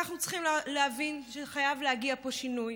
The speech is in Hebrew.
אנחנו צריכים להבין שחייב להגיע פה שינוי,